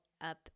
up